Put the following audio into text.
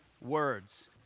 words